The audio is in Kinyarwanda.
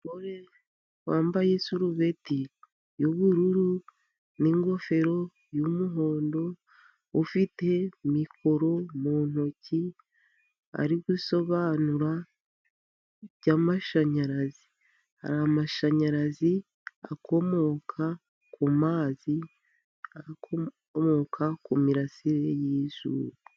Umugore wambaye isarubeti y'ubururu, n'ingofero y'umuhondo, ufite mikoro mu ntoki, ari gusobanura iby'amashanyarazi. Hari amashanyarazi akomoka ku mazi, n'akomoka ku mirasire y'izuba.